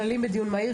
כללים בדיון מהיר,